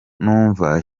numva